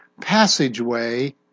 passageway